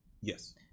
Yes